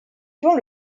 vend